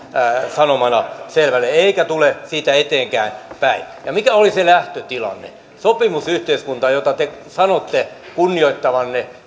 sanomana selväksi eikä tule siitä eteenkään päin ja mikä oli se lähtötilanne sopimusyhteiskunta jota te sanotte kunnioittavanne